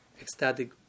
ecstatic